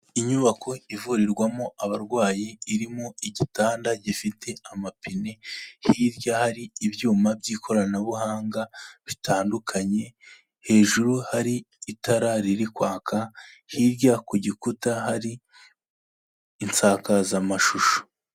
Inyubako ivurirwamo abarwayi, irimo igitanda gifite amapine, hirya hari ibyuma by'ikoranabuhanga bitandukanye, hejuru hari itara ririkwaka, hirya ku gikuta hari insakazamashusho.